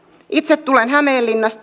itse tulen hämeenlinnasta